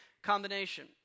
combination